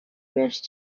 benshi